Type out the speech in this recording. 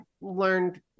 learned